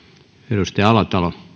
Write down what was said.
arvoisa